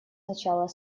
начала